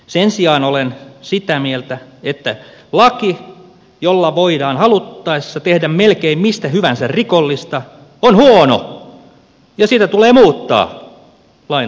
sen sijaan olen sitä mieltä että laki jolla voidaan haluttaessa tehdä melkein mistä hyvänsä rikollista on huono ja sitä tulee muuttaa